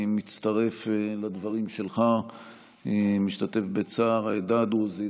אני מצטרף לדברים שלך ומשתתף בצער העדה הדרוזית,